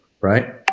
Right